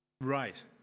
Right